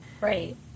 Right